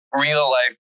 real-life